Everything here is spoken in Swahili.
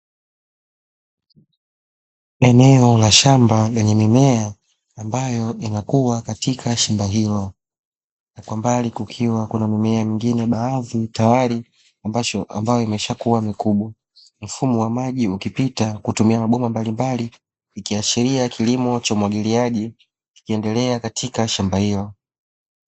Eneo la shamba lenye mimea ambayo inakua katika shamba hilo, na kwa mbali kukiwa kuna mimea mingine baadhi tayari, ambayo imeshakuwa mikubwa. Mfumo wa maji ukipita kutumia mabomba mbalimbali ikiashiria kilimo cha umwagiliaji kikiendelea katika shamba hilo.